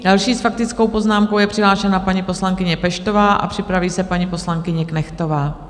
Další s faktickou poznámkou je přihlášena paní poslankyně Peštová a připraví se paní poslankyně Knechtová.